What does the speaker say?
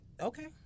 Okay